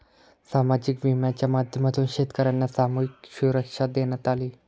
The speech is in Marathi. सामाजिक विम्याच्या माध्यमातून शेतकर्यांना सामूहिक सुरक्षा देण्यात आली